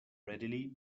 readily